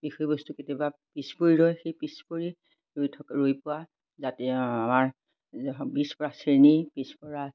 বিষয়বস্তু কেতিয়াবা পিছ পৰি ৰয় সেই পিছ পৰি থকা ৰৈ পোৱা যাতে আমাৰ পিছপৰা শ্ৰেণী পিছপৰা